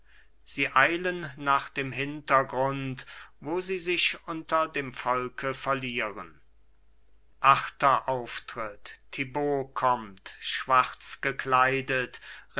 sie eilen nach dem hintergrund wo sie sich unter dem volke verlieren achter auftritt thibaut kommt schwarz gekleidet